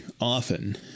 often